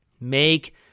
make